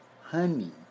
honey